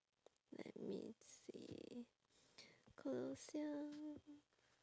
let me see colosseum